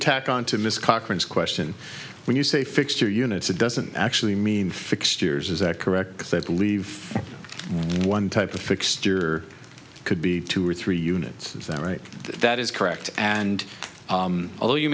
to tack on to miss cochran's question when you say fixture units it doesn't actually mean fixtures is that correct because they believe one type of fixture could be two or three units is that right that is correct and although you